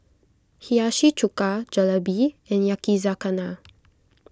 Hiyashi Chuka Jalebi and Yakizakana